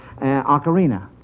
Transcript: Ocarina